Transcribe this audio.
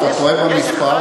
אתה טועה במספר,